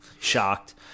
shocked